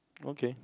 okay